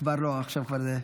עכשיו לא.